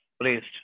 placed